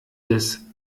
des